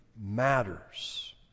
matters